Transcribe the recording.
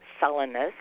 sullenness